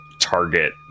target